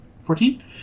Fourteen